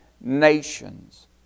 nations